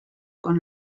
con